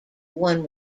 one